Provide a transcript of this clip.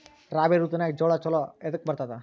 ರಾಬಿ ಋತುನಾಗ್ ಜೋಳ ಚಲೋ ಎದಕ ಬರತದ?